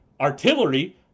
artillery